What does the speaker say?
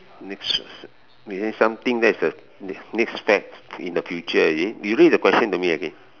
next is it something that's a a next fad in the future is it you read the question to me again